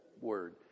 word